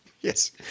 Yes